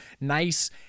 nice